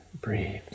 breathe